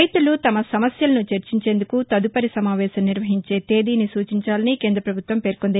రైతులు తమ సమస్యలను చర్చించేందుకు తదుపరి సమావేశం నిర్వహించే తేదీని సూచించాలని కేంద్ర పభుత్వం పేర్కొంది